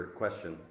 question